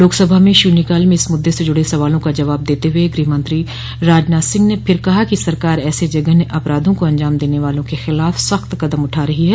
लोकसभा में शून्यकाल में इस मुद्दे से जुड़े सवालों का जवाब देते हुए गृहमंत्री राजनाथ सिंह ने फिर कहा कि सरकार ऐसे जघन्य अपराधों को अंजाम देने वालों के खिलाफ सख्त कदम उठा रही है